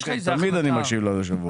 תמיד אני מקשיב ליושב ראש.